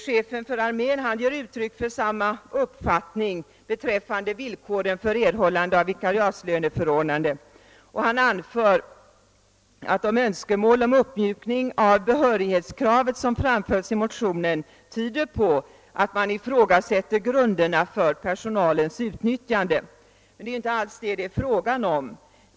Chefen för armén ger uttryck för samma uppfattning beträffande villkoren för erhållande av vikariatslöneförordnande och anför att de önskemål om uppmjukning av behörighetskraven som framförts i motionen tyder på att man ifrågasätter grunderna för personalens utnyttjande. Men det är ju inte alls det det är fråga om.